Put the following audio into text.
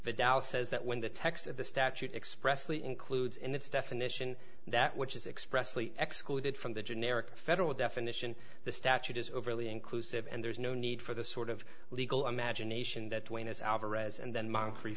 the dow says that when the text of the statute expressly includes in its definition that which is expressly excluded from the generic federal definition the statute is overly inclusive and there's no need for the sort of legal imagination that wayne is alvarez and then mo